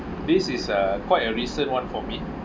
this is uh quite a recent [one] for me